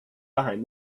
behind